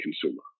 consumer